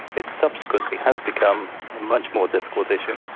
it subsequently has become a much more difficult issue.